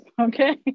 okay